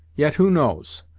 yet, who knows?